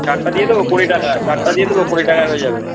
চারটে দিয়ে দেবো কুড়ি টাকা চারটে দিয়ে দেবো কুড়ি টাকায় হয়ে যাবে